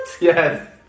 Yes